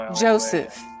Joseph